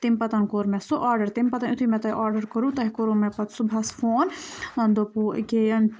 تَمہِ پَتہٕ کوٚر مےٚ سُہ آرڈَر تَمہِ پَتہٕ یُتھُے مےٚ تۄہہِ آرڈَر کوٚرو تۄہہِ کوٚرو مےٚ پَتہٕ صُبحَس فون وۄنۍ دوٚپوٗ ییٚکیٛاہ